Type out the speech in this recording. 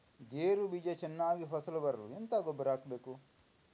ಗೇರು ಬೀಜ ಚೆನ್ನಾಗಿ ಫಸಲು ಬರಲು ಎಂತ ಗೊಬ್ಬರ ಹಾಕಬೇಕು?